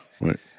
Right